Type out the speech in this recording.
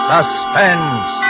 Suspense